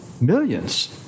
Millions